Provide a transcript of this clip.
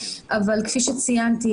אבל כפי שציינתי,